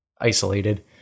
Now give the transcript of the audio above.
isolated